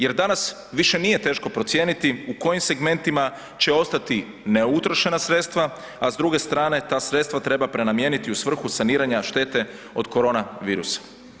Jer danas više nije teško procijeniti u kojim segmentima će ostati neutrošena sredstava, a s druge strane ta sredstva treba prenamijeniti u svrhu saniranja štete od korona virusa.